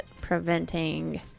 preventing